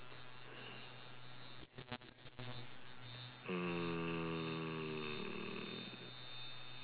mm